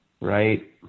right